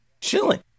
Chilling